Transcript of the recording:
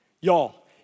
Y'all